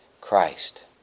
Christ